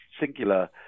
singular